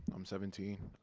i'm seventeen.